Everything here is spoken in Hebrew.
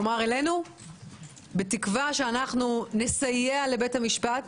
כלומר אלינו בתקווה שנסייע לבית המשפט